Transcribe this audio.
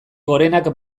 gorenak